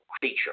feature